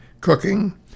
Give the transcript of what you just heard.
cooking